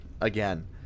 again